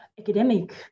academic